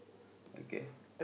okay